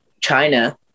China